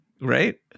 Right